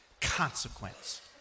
consequence